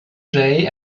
jay